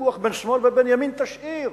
ויכוח בין שמאל ובין ימין תשאיר.